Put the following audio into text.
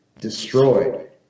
destroyed